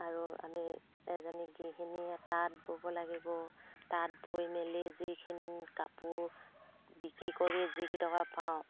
আৰু আমি এজনী গৃহিণী তাঁত বব লাগিব তাঁত বৈ মেলি যিখিনি কাপোৰ বিক্ৰী কৰি যিকেইটকা পাওঁ